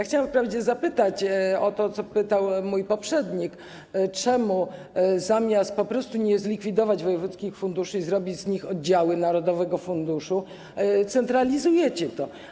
Chciałam wprawdzie zapytać o to, o co pytał mój poprzednik, czemu zamiast po prostu nie zlikwidować wojewódzkich funduszy i zrobić z nich oddziały narodowego funduszu, centralizujecie to.